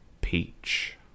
peach